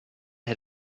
had